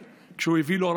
כשהוא הביא לו,